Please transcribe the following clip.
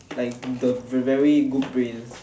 like the very good brains